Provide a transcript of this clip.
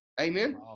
amen